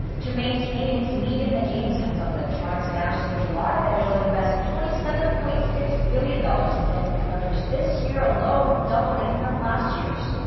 to maintain its lead in the game, samsung electronics announced in july that it will invest twenty seven point six billion dollars in semiconductors this year alone, doubling from last year's.